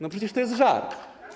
No przecież to jest żart.